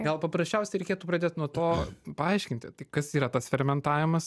gal paprasčiausiai reikėtų pradėt nuo to paaiškinti tai kas yra tas fermentavimas